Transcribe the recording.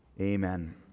Amen